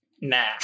Nah